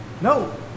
No